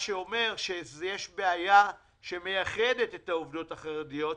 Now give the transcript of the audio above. יש בעיה שמייחדת את העובדות החרדיות,